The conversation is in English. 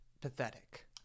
pathetic